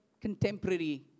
contemporary